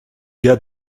gars